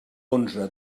onze